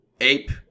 ape